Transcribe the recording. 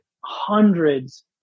hundreds